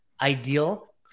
ideal